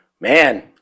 man